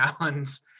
Allen's